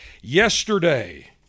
Yesterday